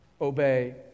obey